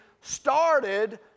started